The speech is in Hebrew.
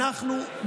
אנחנו,